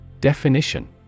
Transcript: Definition